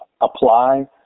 apply